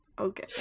Okay